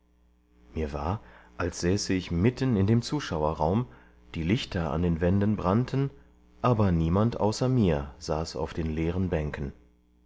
mir war als säße ich mitten in dem zuschauerraum die lichter an den wänden brannten aber niemand außer mir saß auf den leeren bänken